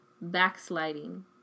backsliding